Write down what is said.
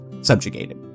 subjugated